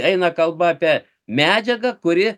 eina kalba apie medžiagą kuri